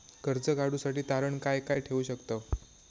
कर्ज काढूसाठी तारण काय काय ठेवू शकतव?